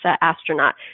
astronaut